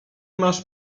masz